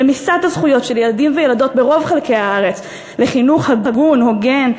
רמיסת הזכויות של ילדים וילדות ברוב חלקי הארץ לחינוך הגון והוגן,